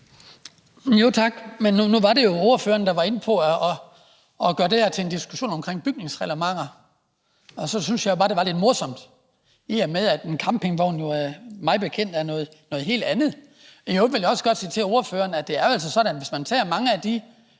Skibby (DF): Tak. Nu var det jo ordføreren, der var inde på at gøre det her til en diskussion om bygningsreglementer, og så syntes jeg bare, det var lidt morsomt, i og med at en campingvogn mig bekendt er noget helt andet. I øvrigt vil jeg også godt sige til ordføreren, at det jo altså er sådan, at hvis man tager mange af de